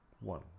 One